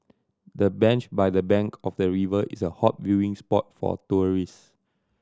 the bench by the bank of the river is a hot viewing spot for tourist